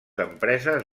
empreses